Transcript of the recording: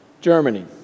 Germany